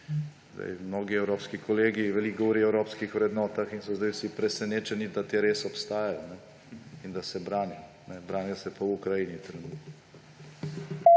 Mnogi evropski kolegi veliko govorijo o evropskih vrednotah in so zdaj vsi presenečeni, da te res obstajajo in da se branijo. Branijo se pa v Ukrajini